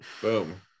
boom